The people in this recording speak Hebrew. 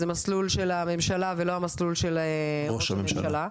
זה מסלול של הממשלה ולא המסלול של ראש הממשלה,